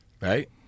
right